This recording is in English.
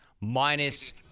minus